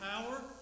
power